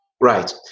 Right